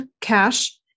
cash